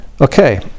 Okay